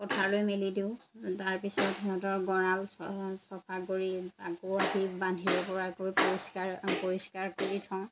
পথাৰলৈ মেলি দিওঁ তাৰপিছত সিহঁতৰ গড়াল চ চফা কৰি আকৌ আহি বান্ধিব পৰাকৈ পৰিষ্কাৰ পৰিষ্কাৰ কৰি থওঁ